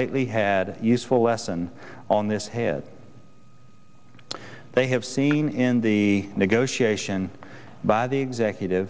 lately had useful lesson on this head they have seen in the negotiation by the executive